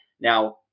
Now